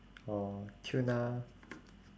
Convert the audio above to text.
or tuna